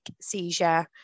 seizure